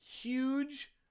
Huge